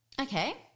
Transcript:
Okay